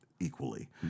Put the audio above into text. Equally